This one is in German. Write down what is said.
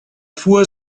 fuhr